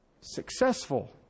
successful